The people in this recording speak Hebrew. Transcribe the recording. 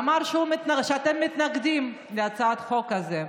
ואמר שאתם מתנגדים להצעת החוק הזו.